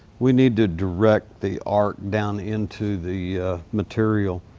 we need to direct the arc down into the material.